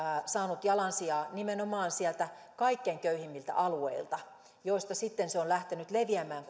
saanut jalansijaa nimenomaan sieltä kaikkein köyhimmiltä alueilta joilta sitten se on lähtenyt leviämään